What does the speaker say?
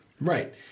Right